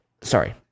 Sorry